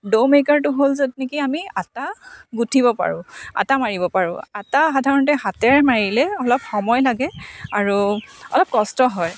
ড' মেকাৰটো হ'ল য'ত নেকি আমি আটা গুঠিব পাৰোঁ আটা মাৰিব পাৰোঁ আটা সাধাৰণতে হাতেৰে মাৰিলে অলপ সময় লাগে আৰু অলপ কষ্ট হয়